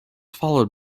followed